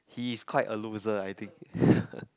he is quite a loser I think